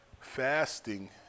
fasting